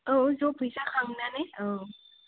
औ ज' फैसा खांनानै औ